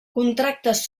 contractes